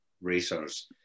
racers